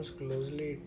closely